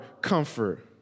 comfort